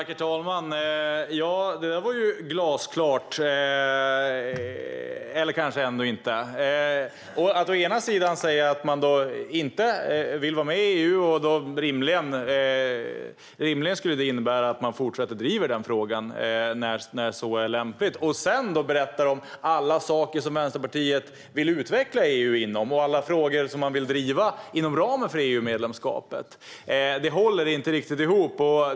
Herr talman! Det där var ju glasklart - eller kanske ändå inte. Å ena sidan säger man att man inte vill vara med i EU, och rimligen skulle det innebära att man fortsätter att driva den frågan när så är lämpligt. Å andra sidan berättar man om alla saker som Vänsterpartiet vill utveckla inom EU och alla frågor som man vill driva inom ramen för EU-medlemskapet. Det håller inte riktigt ihop.